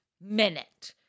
minute